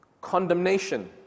condemnation